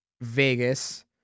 Vegas